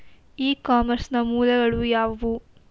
E commerce ನ ಮೂಲಗಳು ಯಾವುವು?